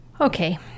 Okay